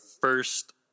first